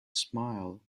smile